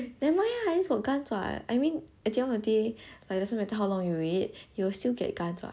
never mind ah at least still got guns [what] I mean at the end of the day it doesn't matter how long you wait you will still get guns [what]